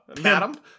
Madam